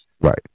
Right